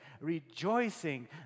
rejoicing